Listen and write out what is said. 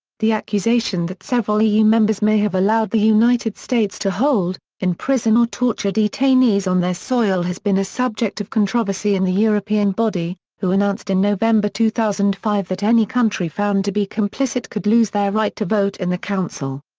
the accusation that several eu members may have allowed the united states to hold, imprison or torture detainees on their soil has been a subject of controversy in the european body, who announced in november two thousand and five that any country found to be complicit could lose their right to vote in the council.